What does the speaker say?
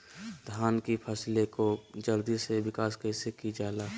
धान की फसलें को जल्दी से विकास कैसी कि जाला?